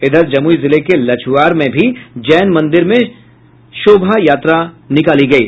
इधर जमुई जिले के लछुआड़ में भी जैन मंदिर से शोभा यात्रा निकाली गयी